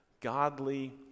godly